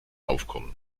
aufkommen